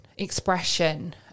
expression